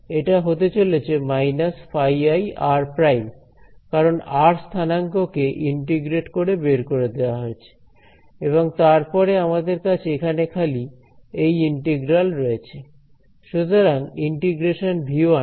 এটা হতে চলেছে − φi r ′ কারণ r স্থানাঙ্ক কে ইন্টিগ্রেট করে বের করে দেওয়া হয়েছে এবং তারপরে আমাদের কাছে এখানে খালি এই ইন্টিগ্রাল রয়েছে